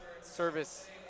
service